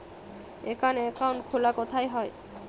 এখানে অ্যাকাউন্ট খোলা কোথায় হয়?